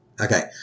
Okay